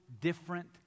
different